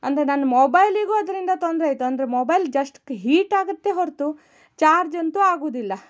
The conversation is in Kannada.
ಅಂದರೆ ನನ್ನ ಮೊಬೈಲಿಗೂ ಅದರಿಂದ ತೊಂದರೆ ಆಯಿತು ಅಂದರೆ ಮೊಬೈಲ್ ಜಸ್ಟ್ ಹೀಟ್ ಆಗುತ್ತೆ ಹೊರತು ಚಾರ್ಜ್ ಅಂತೂ ಆಗುವುದಿಲ್ಲ